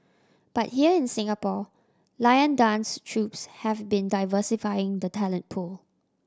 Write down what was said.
but here in Singapore lion dance troupes have been diversifying the talent pool